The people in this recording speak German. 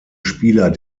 spieler